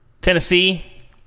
Tennessee